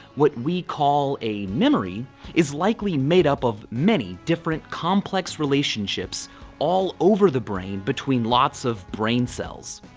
what we call a memory is likely made up of many different complex relationships all over the brain between lots of brain cells,